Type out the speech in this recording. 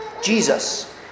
Jesus